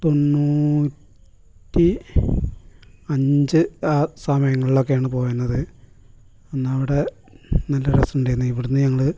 തൊണ്ണൂറ്റി അഞ്ച് ആ സമയങ്ങളിലൊക്കെയാണ് പോയിരുന്നത് അന്നവിടെ നല്ല രസമുണ്ടെന്ന് ഇവിടുന്ന് ഞങ്ങൾ